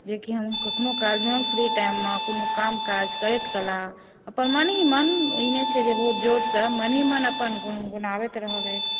जेकि हम कखनो काल जहँ फ्री टाइममे कोनो काम काज करैत कला अपन मन ही मन ई नहि छै जे बहुत जोरसँ मन ही मन अपन गुनगुनाबैत रहल अछि